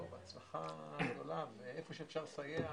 בהצלחה גדולה, ואיפה שאפשר לסייע